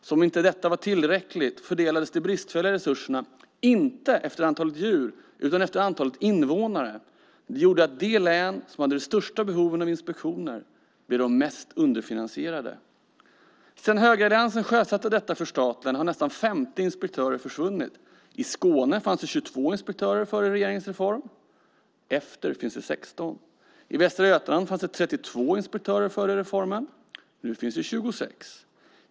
Som om detta inte var tillräckligt fördelades de bristfälliga resurserna inte efter antalet djur utan efter antalet invånare. Det gjorde att de län som hade de största behoven av inspektioner blev de mest underfinansierade. Sedan högeralliansen sjösatte detta förstatligande har nästan 50 inspektörer försvunnit. I Skåne fanns det 22 inspektörer före regeringens reform, efter finns det 16. I Västra Götaland fanns det 32 inspektörer före reformen, nu finns det 26.